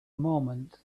moment